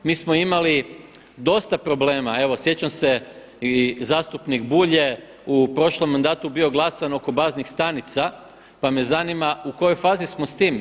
Mi smo imali dosta problema, evo sjećam se i zastupnik Bulj je u prošlom mandatu bio glasan oko baznih stanica pa me zanima u kojoj fazi smo s tim.